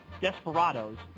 desperados